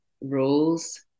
rules